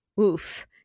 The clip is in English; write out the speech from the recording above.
oof